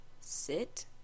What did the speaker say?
sit